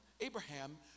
Abraham